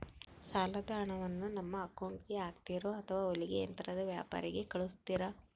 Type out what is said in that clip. ಸಾಲದ ಹಣವನ್ನು ನಮ್ಮ ಅಕೌಂಟಿಗೆ ಹಾಕ್ತಿರೋ ಅಥವಾ ಹೊಲಿಗೆ ಯಂತ್ರದ ವ್ಯಾಪಾರಿಗೆ ಕಳಿಸ್ತಿರಾ?